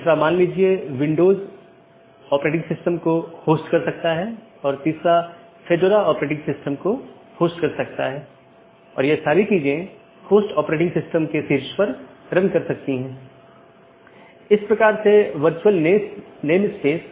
जैसे मैं कहता हूं कि मुझे वीडियो स्ट्रीमिंग का ट्रैफ़िक मिलता है या किसी विशेष प्रकार का ट्रैफ़िक मिलता है तो इसे किसी विशेष पथ के माध्यम से कॉन्फ़िगर या चैनल किया जाना चाहिए